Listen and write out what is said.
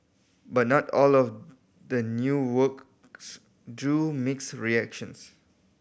but not all of the new works drew mixed reactions